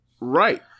Right